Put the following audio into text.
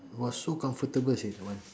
!wah! so comfortable seh that one